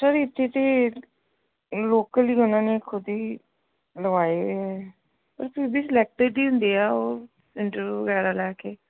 sir ਇੱਥੇ ਤਾਂ local ਉਹਨਾਂ ਨੇ ਖੁਦ ਹੀ ਲਵਾਏ ਹੋਏ ਹੈ ਪਰ ਫਿਰ ਵੀ ਸਲੈਕਟਡ ਹੀ ਹੁੰਦੇ ਆ ਉਹ ਇੰਟਰਵਿਊ ਵਗੈਰਾ ਲੈ ਕੇ